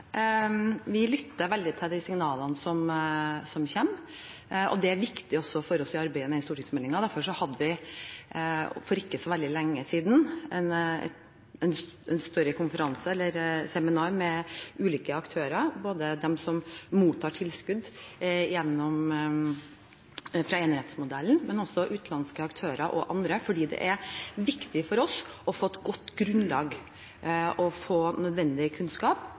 Vi lytter veldig til de signalene som kommer, og det er også viktig for oss i arbeidet med den stortingsmeldingen. Derfor hadde vi for ikke så veldig lenge siden et større seminar med ulike aktører, både de som mottar tilskudd fra enerettsmodellen, utenlandske aktører og andre, fordi det er viktig for oss å få et godt grunnlag og få nødvendig kunnskap